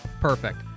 Perfect